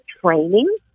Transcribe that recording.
training